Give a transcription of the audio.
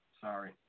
Sorry